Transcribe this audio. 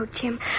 Jim